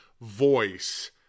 voice